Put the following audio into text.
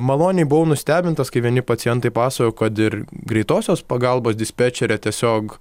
maloniai buvau nustebintas kai vieni pacientai pasakojo kad ir greitosios pagalbos dispečerė tiesiog